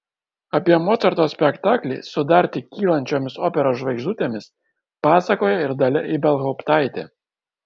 apie mocarto spektaklį su dar tik kylančiomis operos žvaigždutėmis pasakoja ir dalia ibelhauptaitė